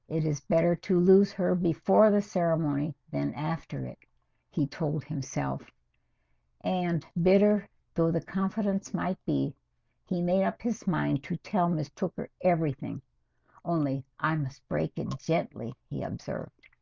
it is better to lose her before the ceremony then after it he told himself and bitter though the confidence might be he made up his mind to tell mistook her everything only i must break it gently he observed